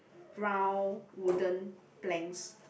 brown wooden planks